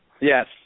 Yes